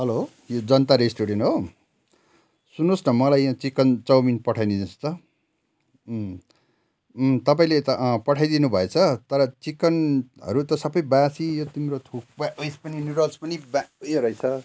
hello यो Janata restaurant हो सुन्नुहोस् न मलाई यहाँ चिकन चौमिन पठाइदिनुहोस् त तपाईँले त पठाइदिनु भएछ तर चिकनहरू त सबै बासी यो तिम्रो थुक्पा ऊ यस पनि नुडल्स पनि बा ऊ यो रहेछ